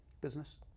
Business